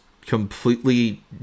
completely